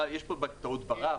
יש פה טעות ברף,